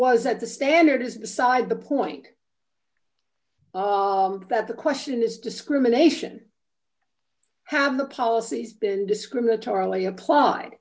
was that the standard is beside the point that the question is discrimination have the policies been discriminatorily appl